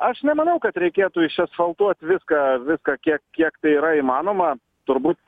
aš nemanau kad reikėtų išasfaltuot viską viską kiek kiek tai yra įmanoma turbūt